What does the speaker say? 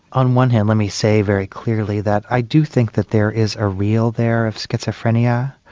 on one hand let me say very clearly that i do think that there is a real there of schizophrenia.